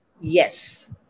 Yes